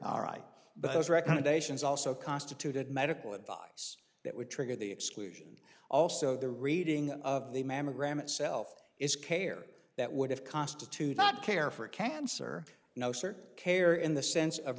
but those recommendations also constituted medical advice that would trigger the exclusion also the reading of the mammogram itself is care that would have constituted not care for cancer no certain care in the sense of